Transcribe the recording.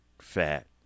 fat